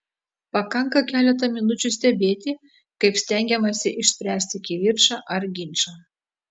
pakanka keletą minučių stebėti kaip stengiamasi išspręsti kivirčą ar ginčą